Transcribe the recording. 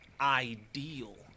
ideal